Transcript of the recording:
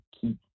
keep